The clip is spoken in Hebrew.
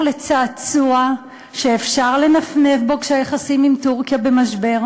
לצעצוע שאפשר לנפנף בו כשהיחסים עם טורקיה במשבר,